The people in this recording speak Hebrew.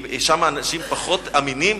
שם האנשים פחות אמינים?